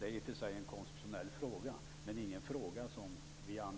Det är i och för sig en konstitutionell fråga, men det är ingen fråga som vi har